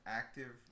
active